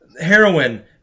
heroin